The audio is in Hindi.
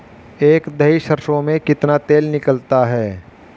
एक दही सरसों में कितना तेल निकलता है?